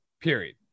period